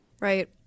right